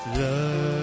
love